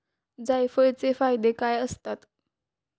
जायफळाचे फायदे काय असतात?